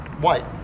White